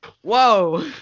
Whoa